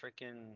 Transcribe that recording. freaking